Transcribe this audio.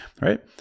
right